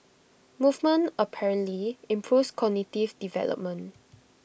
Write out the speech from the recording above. movement apparently improves cognitive development